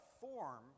form